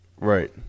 Right